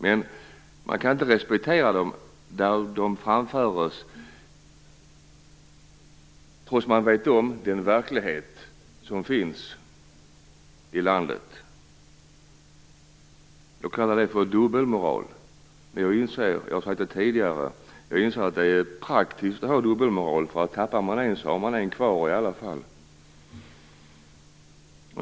Men vi kan inte respektera åsikterna när de framförs trots att man känner till den verklighet som finns i landet. Jag kallar det för dubbelmoral. Jag har sagt tidigare att jag inser att det är praktiskt att ha dubbelmoral. Tappar man en så har man en kvar.